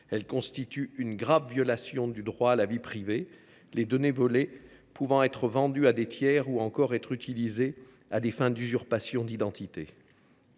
Elles constituent une grave violation du droit à la vie privée, les données volées pouvant être vendues à des tiers, ou encore être utilisées à des fins d’usurpation d’identité.